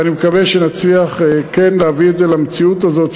ואני מקווה שנצליח כן להביא את זה למציאות הזאת,